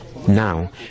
Now